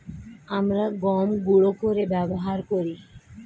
আমরা গম গুঁড়ো করে ব্যবহার করি